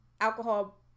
alcohol